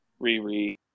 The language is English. Riri